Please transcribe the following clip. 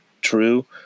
true